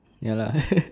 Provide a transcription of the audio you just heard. ya lah